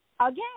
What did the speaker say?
again